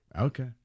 Okay